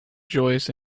joyous